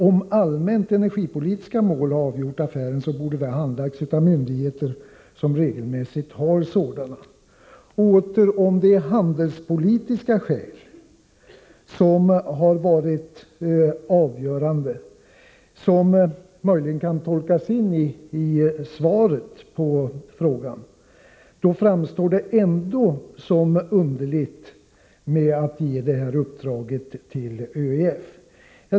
Om allmänna energipolitiska mål har avgjort affären borde den ha handlagts av myndigheter som regelmässigt har sådana uppgifter. Åter, om det är handelspolitiska skäl som varit avgörande — vilket möjligen kan tolkas in i svaret på frågorna — framstår det ändå som underligt att ge detta uppdrag till ÖEF.